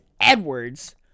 Edwards